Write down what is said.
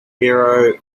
hero